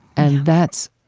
and that's